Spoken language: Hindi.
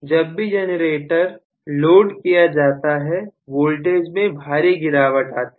जब भी जनरेटर कुल्लू किया जाता है वोल्टेज में भारी गिरावट आती है